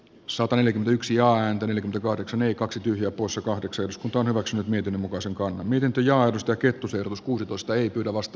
sataneljäkymmentäyksi ääntä eli koriksen ii kaksi ja usa kahdeksan x on omaksunut miten muka selkoa niiden työnjaosta kettu sjöroos kuusikosta ei pyydä vasta